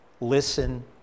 Listen